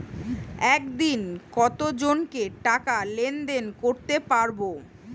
একদিন কত জনকে টাকা লেনদেন করতে পারবো?